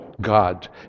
God